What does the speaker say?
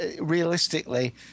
realistically